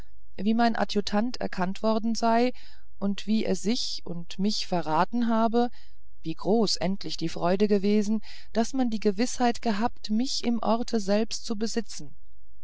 wie mein adjutant erkannt worden sei und wie er sich und mich verraten habe wie groß endlich die freude gewesen da man die gewißheit gehabt mich im orte selbst zu besitzen